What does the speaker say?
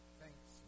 thanks